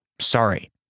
Sorry